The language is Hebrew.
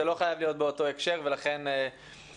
זה לא חייב להיות באותו הקשר ולכן בעצם